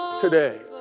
today